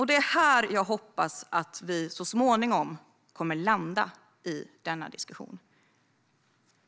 I detta hoppas jag att vi så småningom kommer att landa genom denna diskussion.